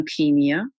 leukemia